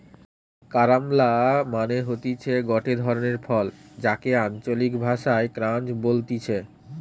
carambola মানে হতিছে গটে ধরণের ফল যাকে আঞ্চলিক ভাষায় ক্রাঞ্চ বলতিছে